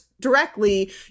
directly